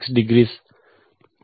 2I23